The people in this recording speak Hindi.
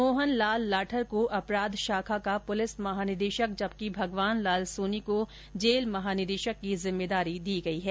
मोहन लाल लाठर को अपराध शाखा का पुलिस महानिदेशक जबकि भगवान लाल सोनी को जेल महानिदेशक की जिम्मेदारी दी गयी है